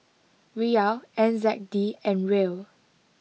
Riyal N Z D and Riel